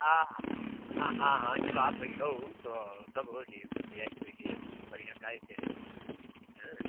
हाँ हाँ जब आप अहिहो तो सब हो जइहिए सब रियायत हो जइहिये बढ़िया कै के है आयँ